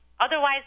Otherwise